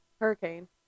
hurricane